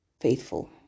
faithful